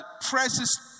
presses